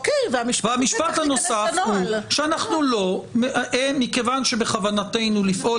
והמשפט הנוסף הוא שמכיוון שבכוונתנו לפעול